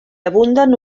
abunden